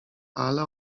ale